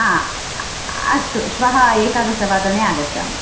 अस्तु श्वः एकादशवादने आगच्छामि